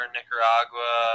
Nicaragua